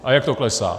A jak to klesá.